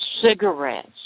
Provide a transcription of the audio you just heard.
cigarettes